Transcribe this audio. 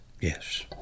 yes